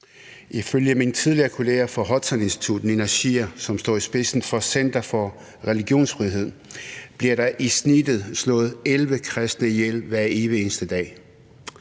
Ifølge min tidligere kollega fra Hudson Institute Nina Shea, som står i spidsen for center for religionsfrihed, bliver der i snit slået 11 kristne ihjel hver evig eneste dag.